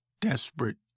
desperate